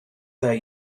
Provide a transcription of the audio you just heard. that